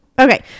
okay